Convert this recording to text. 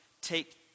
take